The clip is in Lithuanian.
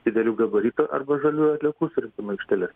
didelių gabaritų arba žaliųjų atliekų surinkimo aikšteles